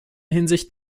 hinsicht